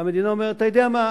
המדינה אומרת: אתה יודע מה?